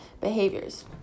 behaviors